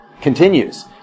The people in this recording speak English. Continues